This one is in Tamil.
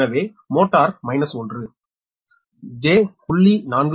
எனவே மோட்டார் 1 j0